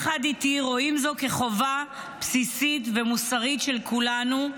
ויחד איתי רואים זו כחובה בסיסית ומוסרית של כולנו.